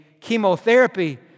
chemotherapy